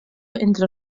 entre